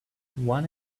one